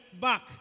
back